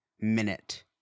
minute